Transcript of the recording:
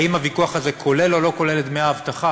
אם הוויכוח הזה כולל או לא כולל את דמי האבטחה,